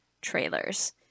trailers